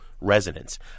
resonance